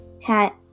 cat